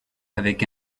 avec